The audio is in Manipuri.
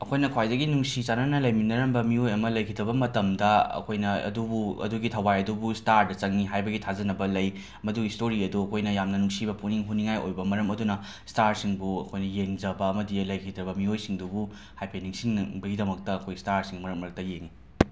ꯑꯩꯈꯣꯏꯅ ꯈ꯭ꯋꯥꯏꯗꯒꯤ ꯅꯨꯡꯁꯤ ꯆꯥꯟꯅꯅ ꯂꯩꯃꯤꯟꯅꯔꯝꯕ ꯃꯤꯑꯣꯏ ꯑꯃ ꯂꯩꯈꯤꯗꯕ ꯃꯇꯝꯗ ꯑꯩꯈꯣꯏꯅ ꯑꯗꯨꯕꯨ ꯑꯗꯨꯒꯤ ꯊꯋꯥꯏ ꯑꯗꯨꯕꯨ ꯁ꯭ꯇꯥꯔꯗ ꯆꯪꯏ ꯍꯥꯏꯕꯒꯤ ꯊꯥꯖꯅꯕ ꯂꯩ ꯃꯗꯨꯒꯤ ꯁ꯭ꯇꯣꯔꯤ ꯑꯗꯣ ꯑꯩꯈꯣꯏꯅ ꯌꯥꯝꯅ ꯅꯨꯡꯁꯤꯕ ꯄꯨꯛꯅꯤꯡ ꯍꯨꯅꯤꯡꯉꯥꯏ ꯑꯣꯏꯕ ꯃꯔꯝ ꯑꯗꯨꯅ ꯁ꯭ꯇꯥꯔꯁꯤꯡꯕꯨ ꯑꯩꯈꯣꯏꯅ ꯌꯦꯡꯖꯕ ꯑꯃꯗꯤ ꯂꯩꯈꯤꯗ꯭ꯔꯕ ꯃꯤꯑꯣꯏꯁꯤꯡꯗꯨꯕꯨ ꯍꯥꯏꯐꯦꯠ ꯅꯤꯡꯁꯤꯡꯅꯕꯒꯤꯗꯃꯛꯇ ꯑꯩꯈꯣꯏ ꯁ꯭ꯇꯥꯔꯁꯤꯡ ꯃꯔꯛ ꯃꯔꯛꯇ ꯌꯦꯡꯏ